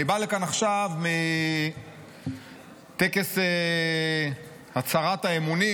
אני בא לכאן עכשיו מטקס הצהרת אמונים,